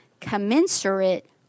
commensurate